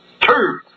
Two